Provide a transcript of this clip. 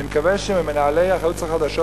אני מקווה שמנהלי ערוץ החדשות,